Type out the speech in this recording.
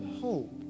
hope